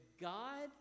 God